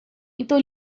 então